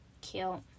Cute